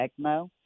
ECMO